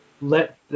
let